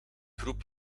groep